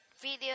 video